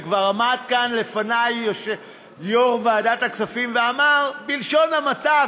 וכבר עמד כאן לפני יושב-ראש ועדת הכספים ואמר בלשון המעטה,